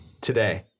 today